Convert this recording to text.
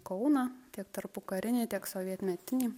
kauną tiek tarpukarinį tiek sovietmetinį